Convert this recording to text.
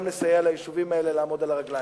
נסייע ליישובים האלה לעמוד על הרגליים.